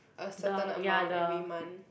a certain amount every month